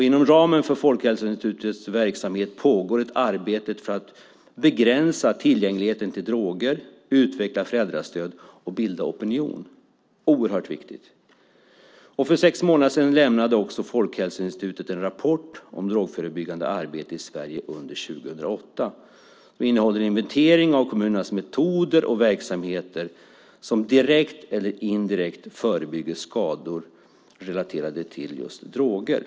Inom ramen för Folkhälsoinstitutets verksamhet pågår ett arbete för att begränsa tillgängligheten till droger, utveckla föräldrastöd och bilda opinion. Det är oerhört viktigt. För sex månader sedan lämnade också Folkhälsoinstitutet en rapport om drogförebyggande arbete i Sverige under 2008. Den innehåller en inventering av kommunernas metoder och verksamheter som direkt eller indirekt förebygger skador relaterade till just droger.